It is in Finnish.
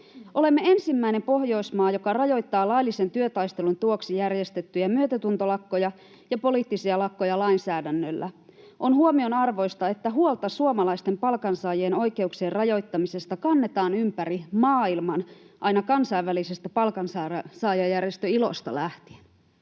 Olemme ensimmäinen Pohjoismaa, joka rajoittaa laillisen työtaistelun tueksi järjestettyjä myötätuntolakkoja ja poliittisia lakkoja lainsäädännöllä. On huomionarvoista, että huolta suomalaisten palkansaajien oikeuksien rajoittamisesta kannetaan ympäri maailman aina kansainvälisestä palkansaajajärjestö ILOsta lähtien.